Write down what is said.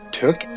took